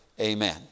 Amen